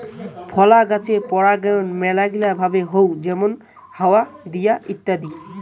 ফলের গাছের পরাগায়ন মেলাগিলা ভাবে হউ যেমন হাওয়া দিয়ে ইত্যাদি